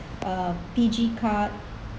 uh P_G card